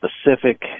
specific